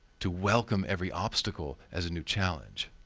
to welcome every obstacle as a new challenge.